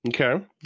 Okay